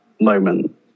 moment